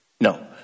No